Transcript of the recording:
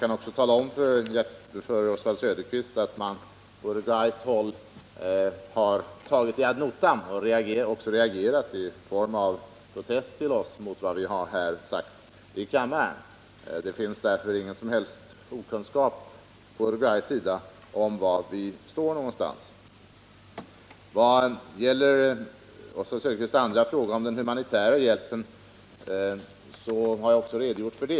Men jag kan tala om för Oswald Söderqvist att man från uruguayskt håll har tagit vår kritik ad notam och att man också har reagerat i form av en protest mot vad vi har sagt häri kammaren. Det finns alltså ingen okunskap på uruguaysk sida om var vi står någonstans. Nr 151 Vad gäller Oswald Söderqvists andra fråga om den humanitära hjälpen har Måndagen den jag också redogjort för den.